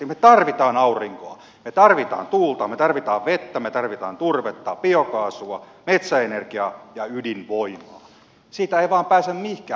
me tarvitsemme aurinkoa me tarvitsemme tuulta me tarvitsemme vettä me tarvitsemme turvetta biokaasua metsäenergiaa ja ydinvoimaa siitä ei vain pääse mihinkään